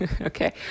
Okay